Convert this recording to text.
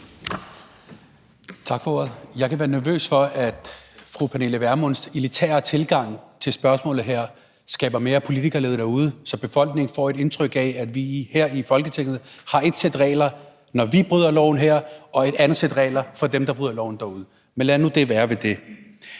Tak for ordet. Jeg kan være nervøs for, at fru Pernille Vermunds elitære tilgang til spørgsmålet her er med til at skabe mere politikerlede derude, så befolkningen får et indtryk af, at vi her i Folketinget har ét sæt regler, når vi bryder loven herinde, og at der er et andet sæt regler for dem, der bryder loven derude. Men lad nu det være ved det.